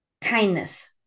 Kindness